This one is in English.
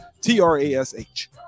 T-R-A-S-H